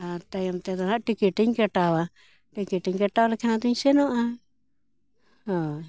ᱟᱨ ᱛᱟᱭᱚᱢ ᱛᱮᱫᱚ ᱦᱟᱸᱜ ᱴᱤᱠᱤᱴ ᱤᱧ ᱠᱟᱴᱟᱣᱟ ᱴᱤᱠᱤᱴ ᱤᱧ ᱠᱟᱴᱟᱣ ᱞᱮᱠᱷᱟᱱ ᱫᱚᱧ ᱥᱮᱱᱚᱜᱼᱟ ᱦᱳᱭ